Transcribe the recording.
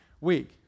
week